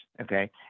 Okay